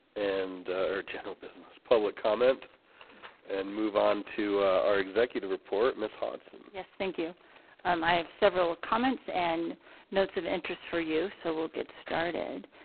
and our general business public comment and move on to our executive report miss hanson. yes. thank you um i have several comments and notes of interest for you. so we'll get started